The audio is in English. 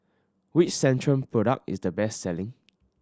which Centrum product is the best selling